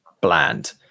bland